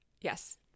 Yes